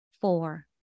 Four